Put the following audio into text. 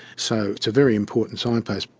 so it's a very important signpost.